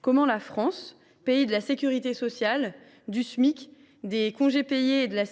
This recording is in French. comment la France, pays de la sécurité sociale, du Smic, des congés payés et de la